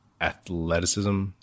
athleticism